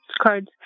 cards